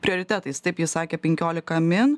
prioritetais taip ji sakė penkiolika min